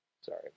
Sorry